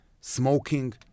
smoking